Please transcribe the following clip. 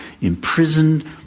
imprisoned